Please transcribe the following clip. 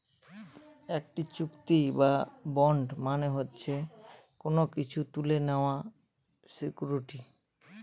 একটি চুক্তি বা বন্ড মানে হচ্ছে কোনো কিছু তুলে নেওয়ার সিকুইরিটি